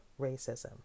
racism